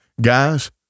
Guys